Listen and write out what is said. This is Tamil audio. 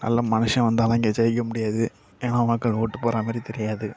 நல்ல மனுஷன் வந்தாலும் அங்கே ஜெயிக்க முடியாது ஏன்னா மக்கள் ஓட்டுப்போடுகிறா மாதிரி தெரியாது